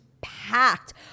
packed